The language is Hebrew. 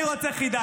אני רוצה חידה.